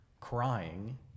crying